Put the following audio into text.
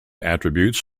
attributes